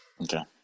Okay